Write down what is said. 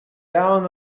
down